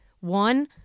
One